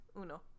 Uno